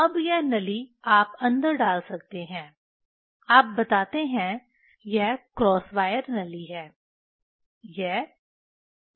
अब यह नली आप अंदर डाल सकते हैं आप बताते हैं यह क्रॉस वायर नली है